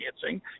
financing